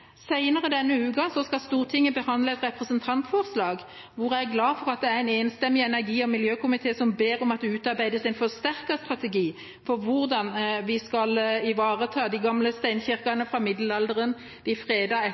skal Stortinget behandle et representantforslag, hvor jeg er glad for at det er en enstemmig energi- og miljøkomité som ber om at det utarbeides en forsterket strategi for hvordan vi skal ivareta de gamle steinkirkene fra middelalderen, de fredede etterreformatoriske kirkene og særlig viktige kirker fra etter